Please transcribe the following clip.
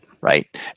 Right